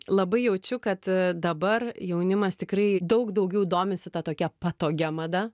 labai jaučiu kad e dabar jaunimas tikrai daug daugiau domisi ta tokia patogia mada